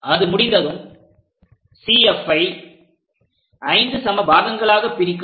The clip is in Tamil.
அது முடிந்ததும் CF ஐ 5 சம பாகங்களாக பிரிக்கவும்